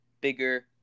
bigger